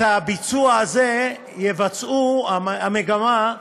את הדבר הזה יבצעו, המגמה,